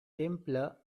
temple